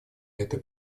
этой